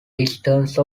distance